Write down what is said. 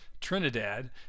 Trinidad